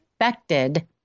affected